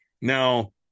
now